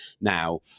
Now